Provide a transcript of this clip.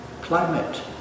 climate